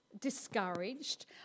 discouraged